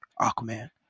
Aquaman